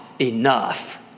enough